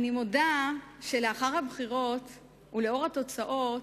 אני מודה שלאחר הבחירות ולאור התוצאות